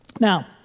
Now